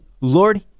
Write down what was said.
Lord